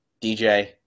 DJ